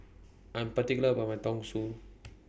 I'm particular about My